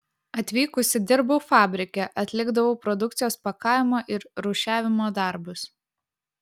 atvykusi dirbau fabrike atlikdavau produkcijos pakavimo ir rūšiavimo darbus